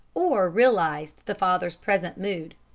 or realized the father's present mood.